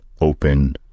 open